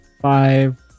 five